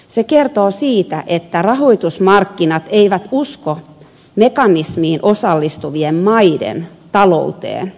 se kertoo siitä että rahoitusmarkkinat eivät usko mekanismiin osallistuvien maiden talouteen